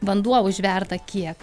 vanduo užverda kiek